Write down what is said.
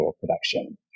production